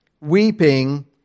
weeping